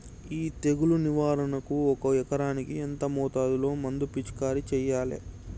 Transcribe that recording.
ఈ తెగులు నివారణకు ఒక ఎకరానికి ఎంత మోతాదులో మందు పిచికారీ చెయ్యాలే?